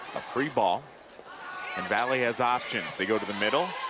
a free ball and valley has options they go to the middle.